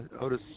Otis